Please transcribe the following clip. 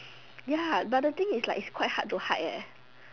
ya but the thing is like it's quite hard to hide eh